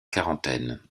quarantaine